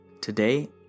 today